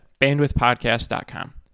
bandwidthpodcast.com